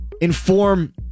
inform